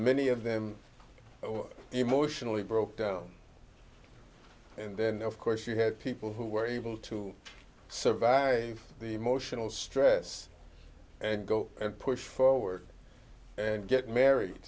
many of them emotionally broke down and then of course you had people who were able to survive the emotional stress and go and push forward and get married